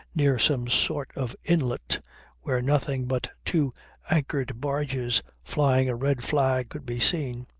near some sort of inlet where nothing but two anchored barges flying a red flag could be seen,